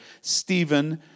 Stephen